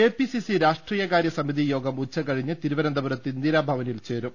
KPCC രാഷ്ട്രീയകാര്യ സമിതി യോഗം ഉച്ചകഴിഞ്ഞ് തിരുവനന്തപുരത്ത് ഇന്ദിരാഭവനിൽ ചേരും